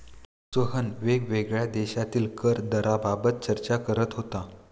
सोहन वेगवेगळ्या देशांतील कर दराबाबत चर्चा करत होता